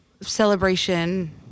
celebration